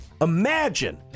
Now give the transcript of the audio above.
imagine